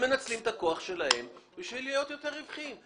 מנצלים את הכוח שלהם בשביל להיות רווחיים יותר.